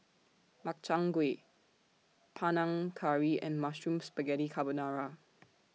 Makchang Gui Panang Curry and Mushroom Spaghetti Carbonara